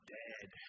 dead